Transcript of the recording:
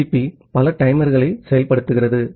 TCP பல டைமர்களை செயல்படுத்துகிறது